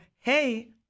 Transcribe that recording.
hey